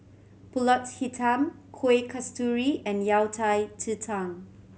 Pulut Hitam Kuih Kasturi and Yao Cai ji tang